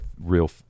real